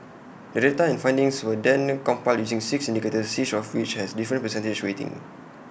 the data and findings were then compiled using six indicators each of which has A different percentage weighting